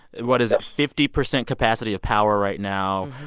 what is it? fifty percent capacity of power right now.